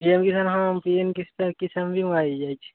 P M Kisan ହଁ P M Kisan ବି ମୋ ଆଇଚି ଆଇଚି